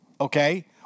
Okay